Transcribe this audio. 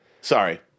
Sorry